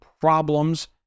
problems